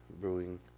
Brewing